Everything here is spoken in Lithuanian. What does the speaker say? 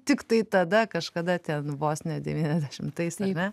tiktai tada kažkada ten vos ne devyniasdešimtais ar ne